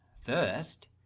first